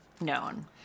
known